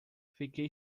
fiquei